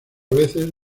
veces